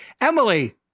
emily